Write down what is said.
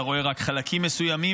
אתה רואה רק חלקים מסוימים.